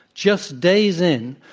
just days in,